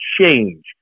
change